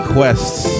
Quests